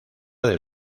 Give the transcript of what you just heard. del